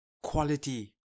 Quality